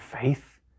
faith